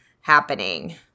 happening